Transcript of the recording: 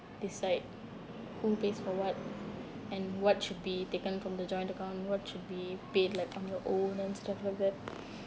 decide who pays for what and what should be taken from the joint account what should be paid like on your own and stuff like that